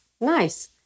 nice